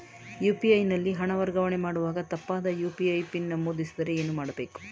UPI ನಲ್ಲಿ ಹಣ ವರ್ಗಾವಣೆ ಮಾಡುವಾಗ ತಪ್ಪಾದ ಯು.ಪಿ.ಐ ಪಿನ್ ನಮೂದಿಸಿದರೆ ಏನು ಮಾಡಬೇಕು?